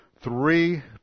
three